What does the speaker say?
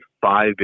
five